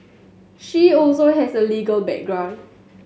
she also has a legal background